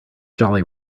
jolly